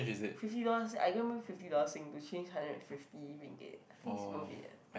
fifty dollars I go and bring fifty dollars sing we change hundred and fifty ringgit I think is worth it eh